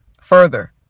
Further